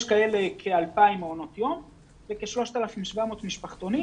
כאלה יש כ-2,000 מעונות יום וכ-3,700 משפחתונים